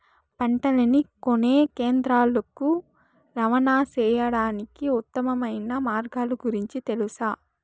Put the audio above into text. పంటలని కొనే కేంద్రాలు కు రవాణా సేయడానికి ఉత్తమమైన మార్గాల గురించి తెలుసా?